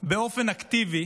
באופן אקטיבי